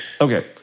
Okay